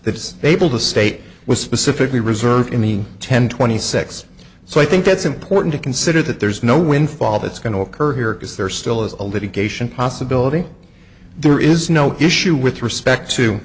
the able to state was specifically reserved in the ten twenty six so i think it's important to consider that there's no windfall that's going to occur here because there still is a litigation possibility there is no issue with respect to